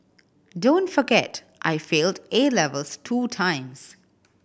don't forget I failed A levels two times